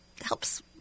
helps